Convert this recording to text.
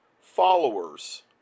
followers